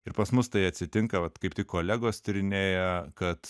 ir pas mus tai atsitinka vat kaip tik kolegos tyrinėja kad